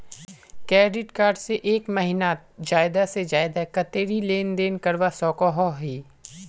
Credit card से एक महीनात ज्यादा से ज्यादा कतेरी लेन देन करवा सकोहो ही?